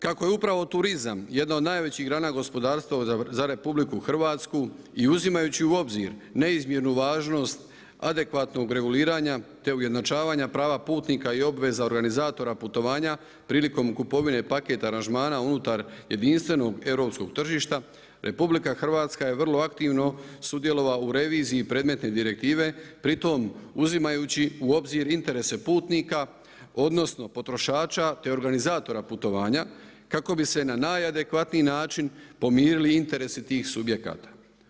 Kako je upravo turizam jedna od najvećih grana gospodarstva za RH i uzimajući u obzir neizmjernu važnost adekvatnog reguliranja te ujednačavanja prava putnika i obveza organizatora putovanja prilikom kupovine paket aranžmana unutar jedinstvenog europskog tržišta, RH je vrlo aktivno sudjelovala u reviziji predmetne direktive pri tome uzimajući u obzir interese putnika odnosno potrošača te organizatora putovanja kako bi se na najadekvatniji način pomirili interesi tih subjekata.